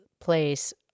place